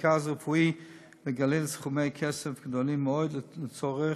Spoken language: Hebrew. בבקשה, אדוני השר.